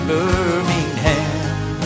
Birmingham